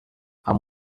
amb